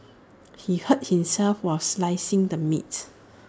he hurt himself while slicing the meat